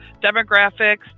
demographics